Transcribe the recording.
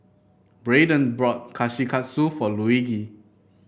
Braeden bought Kushikatsu for Luigi